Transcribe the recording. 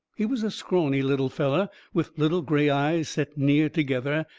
he was a scrawny little feller, with little gray eyes set near together,